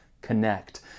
connect